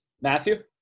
Matthew